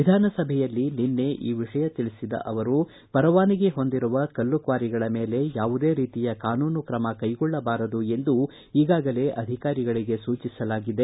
ವಿಧಾನಸಭೆಯಲ್ಲಿ ನಿನ್ನೆ ಈ ವಿಷಯ ತಿಳಿಸಿದ ಅವರು ಪರವಾನಗಿ ಹೊಂದಿರುವ ಕಲ್ಲುಕ್ವಾರಿಗಳ ಮೇಲೆ ಯಾವುದೇ ರೀತಿಯ ಕಾನೂನು ತ್ರಮ ಕೈಗೊಳ್ಳಬಾರದು ಎಂದು ಈಗಾಗಲೇ ಅಧಿಕಾರಿಗಳಿಗೆ ಸೂಚಿಸಲಾಗಿದೆ